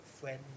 friend